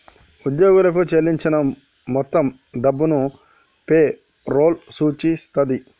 ఉద్యోగులకు చెల్లించిన మొత్తం డబ్బును పే రోల్ సూచిస్తది